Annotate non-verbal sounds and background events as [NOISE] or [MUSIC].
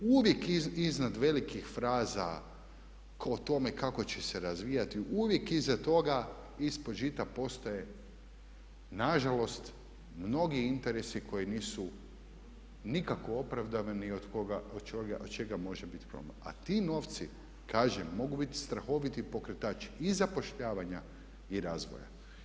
Uvijek iznad velikih fraza o tome kako će se razvijati, uvijek iza toga ispod žita postoje nažalost mnogi interesi koji nisu nikako opravdavani i od čega može biti … [UNINTELLIGIBLE] A ti novci, kažem, mogu biti strahoviti pokretači i zapošljavanja i razvoja.